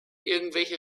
irgendwelche